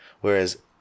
Whereas